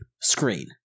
screen